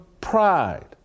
pride